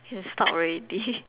can stop already